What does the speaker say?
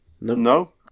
No